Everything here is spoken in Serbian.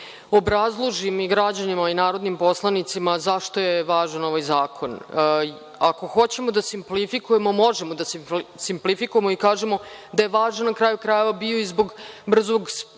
obrazložim i građanima i narodnim poslanicima zašto je važan ovaj zakon. Ako hoćemo da simplifikujemo možemo da simplifikujemo i kažemo da je važan, na kraju krajeva, bio i zbog brzog